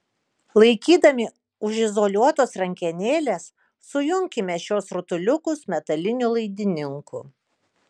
laikydami už izoliuotos rankenėlės sujunkime šiuos rutuliukus metaliniu laidininku